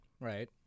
Right